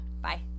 Bye